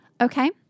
Okay